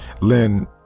Lynn